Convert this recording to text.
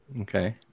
Okay